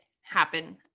happen